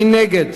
מי נגד?